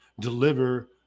deliver